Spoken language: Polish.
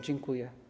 Dziękuję.